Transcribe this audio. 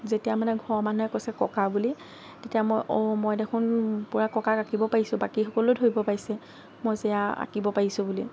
যেতিয়া মানে ঘৰৰ মানুহে কৈছে ককা বুলি তেতিয়া মই অঁ মই দেখোন পুৰা ককাক আঁকিব পাৰিছোঁ বাকী সকলেও ধৰিব পাৰিছে মই যে আঁকিব পাৰিছোঁ বুলি